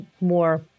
more